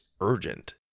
urgent